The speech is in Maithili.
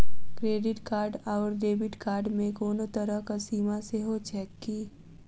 क्रेडिट कार्ड आओर डेबिट कार्ड मे कोनो तरहक सीमा सेहो छैक की?